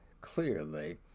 clearly